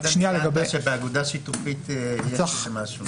באגודה שיתופית יש משהו.